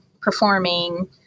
performing